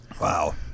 Wow